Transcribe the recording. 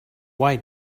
why